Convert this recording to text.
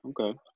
Okay